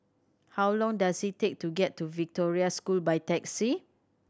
how long does it take to get to Victoria School by taxi